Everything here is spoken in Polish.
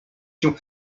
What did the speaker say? się